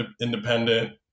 independent